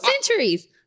centuries